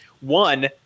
One